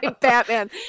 Batman